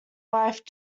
wife